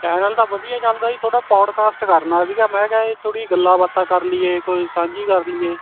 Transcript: channel ਤਾਂ ਵਧੀਆ ਚੱਲਦਾ ਜੀ ਤੁਹਾਡਾ ਪੌਡਕਾਸਟ ਕਰਨਾ ਸੀਗਾ ਮੈਂ ਕਿਹਾ ਇਹ ਥੋੜ੍ਹੀ ਗੱਲਾਂ ਬਾਤਾਂ ਕਰ ਲਈਏ ਕੋਈ ਸਾਂਝੀ ਕਰ ਲਈਏ